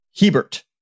Hebert